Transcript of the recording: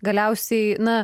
galiausiai na